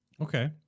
Okay